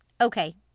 Okay